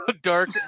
dark